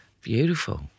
Beautiful